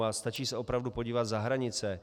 A stačí se opravdu podívat za hranice.